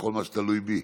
בכל מה שתלוי בי.